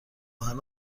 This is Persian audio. آهن